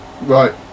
Right